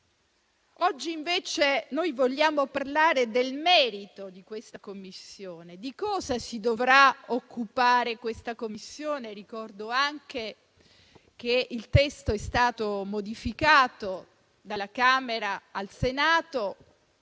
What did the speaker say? Oggi invece vogliamo parlare del merito di questa Commissione, di cosa si dovrà occupare questa Commissione. Ricordo anche che il testo è stato modificato nel passaggio dalla Camera al Senato